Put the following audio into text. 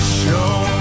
show